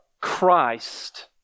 Christ